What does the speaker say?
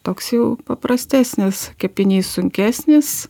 toks jau paprastesnis kepinys sunkesnis